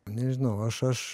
nežinau aš aš